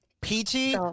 Peachy